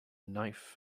knife